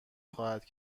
خواهد